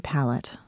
Palette